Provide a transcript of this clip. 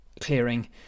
clearing